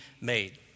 made